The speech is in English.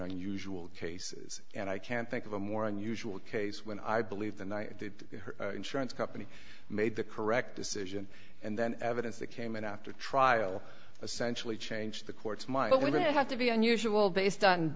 unusual cases and i can't think of a more unusual case when i believe the nih the insurance company made the correct decision and then evidence that came in after a trial essentially change the courts might but we're going to have to be unusual based on